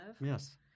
Yes